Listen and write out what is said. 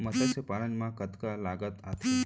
मतस्य पालन मा कतका लागत आथे?